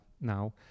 now